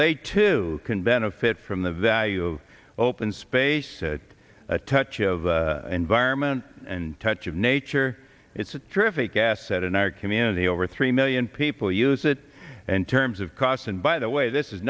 they too can benefit from the value open space a touch of environment and touch of nature it's a triffitt gas set in our community over three million people use it in terms of cost and by the way this is